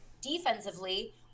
Defensively